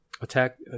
attack